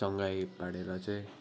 चाहिँ